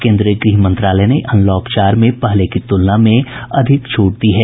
केन्द्रीय गृह मंत्रालय ने अनलॉक चार में पहले की तुलना में अधिक छूट दी है